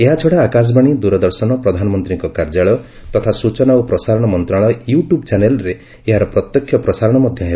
ଏହାଛଡ଼ା ଆକାଶବାଣୀ ଦୂରଦର୍ଶନ ପ୍ରଧାନମନ୍ତ୍ରୀଙ୍କ କାର୍ଯ୍ୟାଳୟ ତଥା ସ୍ବଚନା ଓ ପ୍ରସାରଣ ମନ୍ତ୍ରଣାଳୟ ୟୁ ଟ୍ୟୁବ୍ ଚ୍ୟାନେଲ୍ରେ ଏହାର ପ୍ରତ୍ୟକ୍ଷ ପ୍ରସାରଣ ମଧ୍ୟ ହେବ